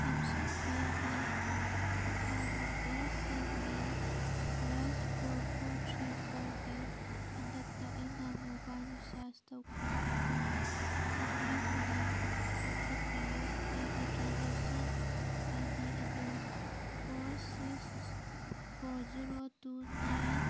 Samsung ꯄꯦꯒꯤ ꯈꯨꯠꯊꯥꯡꯗ ꯏꯌꯥꯔꯁꯦꯜꯒꯤ ꯔꯁ ꯐꯣꯔ ꯐꯣꯔ ꯊ꯭ꯔꯤ ꯐꯣꯔꯒꯤ ꯍꯟꯗꯛꯇ ꯑꯩꯅ ꯃꯣꯕꯥꯏꯜ ꯔꯤꯆꯥꯔꯁ ꯇꯧꯈꯤꯕ ꯑꯗꯨ ꯆꯥꯟꯕꯤꯗꯨꯅ ꯀꯛꯊꯠꯄꯤꯌꯨ ꯑꯩꯒꯤ ꯇ꯭ꯔꯥꯟꯖꯦꯛꯁꯟ ꯑꯥꯏ ꯗꯤ ꯑꯗꯨ four six four zero two nine